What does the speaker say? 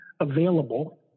available